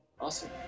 awesome